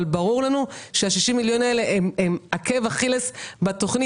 אבל ברור לנו שה-60 מיליון האלה הם עקב אכילס בתכנית.